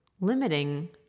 limiting